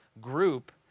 group